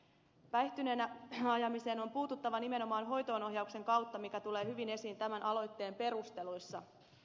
päihtyneenä ajamiseen on puututtava nimenomaan hoitoonohjauksen kautta mikä tulee hyvin esiin tämän aloitteen perusteluissa